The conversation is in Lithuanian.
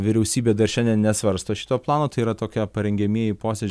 vyriausybė dar šiandien nesvarsto šito plano tai yra tokia parengiamieji posėdžiai